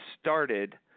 started